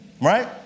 right